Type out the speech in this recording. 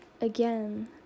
Again